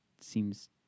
seems